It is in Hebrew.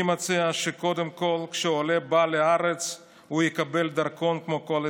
אני מציע שקודם כול כשעולה בא לארץ הוא יקבל דרכון כמו כל אזרח.